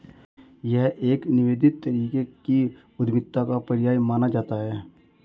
यह एक निवेदित तरीके की उद्यमिता का पर्याय माना जाता रहा है